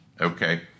Okay